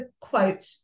quote